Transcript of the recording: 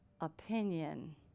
opinion